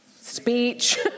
speech